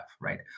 right